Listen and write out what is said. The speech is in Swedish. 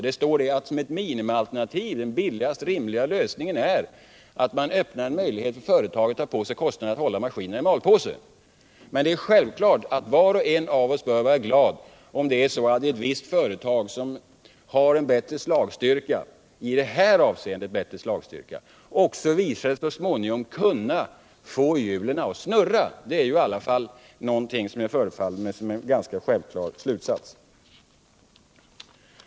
Vad som står där är att ett minimialternativ, den billigaste och rimligaste lösningen, är att öppna en möjlighet för företaget att ta på sig kostnaden för att hålla maskinerna i malpåse. Men det är självklart att var och en av oss är glad om ett visst företag, som i det här avseendet har bättre slagkraft, också så småningom visar sig kunna få hjulen att snurra. Det är något som förefaller vara en ganska självklar slutsats.